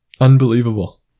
unbelievable